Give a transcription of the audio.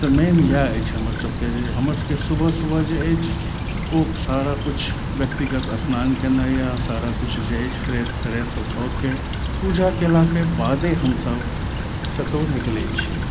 तऽ मेन इएह अछि हमर सबके जे हमर सबके सुबह सुबह जे अछि ओ सारा किछु व्यक्तिगत स्नान केनाइया सारा किछु जे अछि फ्रेश तरेश से भऽके पूजा केलाके बादे हमसब कतौ निकलै छी